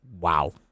Wow